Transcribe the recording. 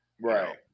right